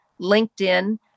LinkedIn